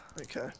Okay